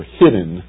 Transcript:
hidden